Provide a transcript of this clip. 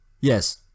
Yes